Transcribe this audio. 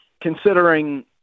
considering